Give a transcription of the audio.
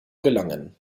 gelangen